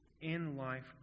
in-life